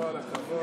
נראה לי כי תמו